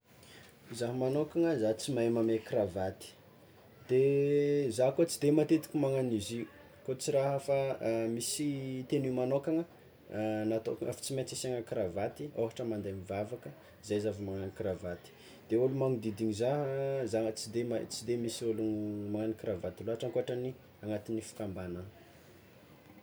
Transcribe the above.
Zaha magnokana, za tsy mahay mamehy kravaty, de zaho koa tsy de matetiky magnagno izy io koa tsy raha fa misy tenue magnokagna natao efa tsy maintsy asiagna kravaty ôhatra mande mivavaka, zay zah vao magnagno kravaty, de ôlogno magnodidigny zah, zah tsy de ma- tsy de misy ologno magnagno kravaty loatra ankoatran'ny agnatin'ny fikambanana.